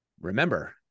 remember